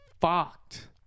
fucked